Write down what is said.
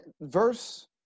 verse